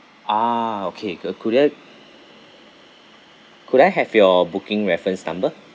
ah okay could could I could I have your booking reference number